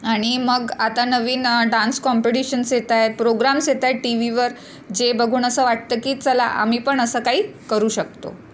आणि मग आता नवीन डान्स कॉम्पिटिशन्स येत आहेत प्रोग्राम्स येत आहेत टी व्हीवर जे बघून असं वाटतं की चला आम्ही पण असं काही करू शकतो